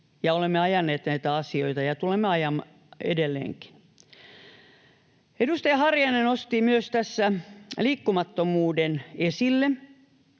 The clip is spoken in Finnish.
olemme ajaneet näitä asioita ja tulemme ajamaan edelleenkin. Edustaja Harjanne nosti myös tässä liikkumattomuuden esille